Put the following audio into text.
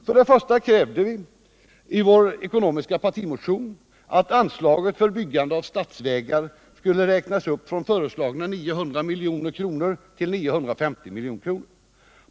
För det första krävde vi i vår partimotion om ekonomin att anslaget för byggande av statsvägar skulle räknas upp från föreslagna 900 milj.kr. till 950 milj.kr.